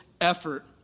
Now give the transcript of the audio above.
effort